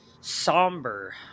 somber